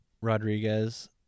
Rodriguez